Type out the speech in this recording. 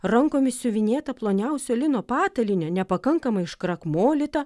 rankomis siuvinėta ploniausio lino patalynė nepakankamai iškrakmolyta